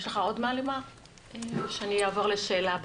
יש לך עוד להוסיף או שאעבור לשאלה הבאה?